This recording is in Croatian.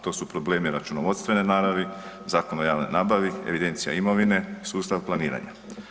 To su problemi računovodstvene naravi, Zakon o javnoj nabavi, evidencija imovine, sustav planiranja.